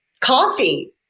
coffee